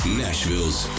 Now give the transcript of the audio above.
nashville's